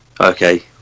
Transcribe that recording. Okay